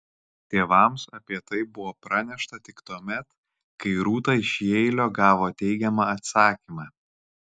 tėvams apie tai buvo pranešta tik tuomet kai rūta iš jeilio gavo teigiamą atsakymą